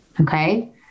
Okay